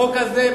החוק הזה,